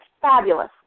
fabulous